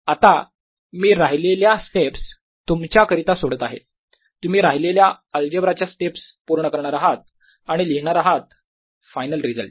आता मी राहिलेल्या स्टेप्स तुमच्याकरिता सोडत आहे तुम्ही राहिलेल्या अल्जेब्रा च्या स्टेप पूर्ण करणार आहात आणि लिहिणार आहात फायनल रिझल्ट